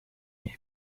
land